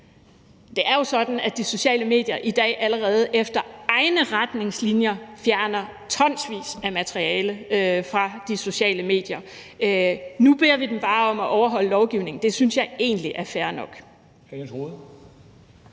det er jo sådan, at de sociale medier allerede i dag efter egne retningslinjer fjerner tonsvis af materiale fra de sociale medier. Nu beder vi dem bare om at overholde lovgivningen. Det synes jeg egentlig er fair nok.